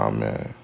Amen